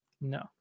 No